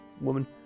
woman